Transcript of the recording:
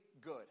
good